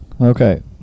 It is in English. Okay